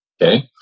Okay